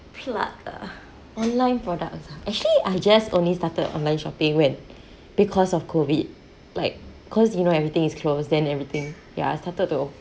plug ah online products ah actually I just only started online shopping when because of COVID like cause you know everything is closed then everything ya I started to